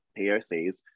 POCs